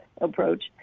approach